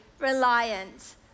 reliant